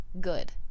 Good